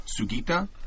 Sugita